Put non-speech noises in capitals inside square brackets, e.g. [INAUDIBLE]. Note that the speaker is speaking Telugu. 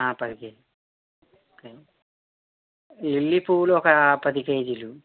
పది కేజీలు [UNINTELLIGIBLE] లిల్లీ పువ్వులు ఒక పది కేజీలు